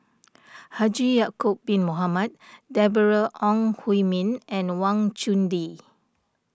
Haji Ya'Acob Bin Mohamed Deborah Ong Hui Min and Wang Chunde